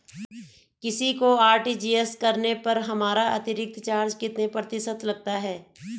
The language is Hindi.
किसी को आर.टी.जी.एस करने से हमारा अतिरिक्त चार्ज कितने प्रतिशत लगता है?